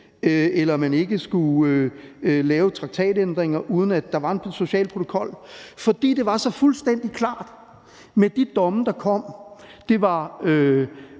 eller at man ikke skulle lave traktatændringer, uden at der var en social protokol. For det stod fuldstændig klart med de domme, der kom – det var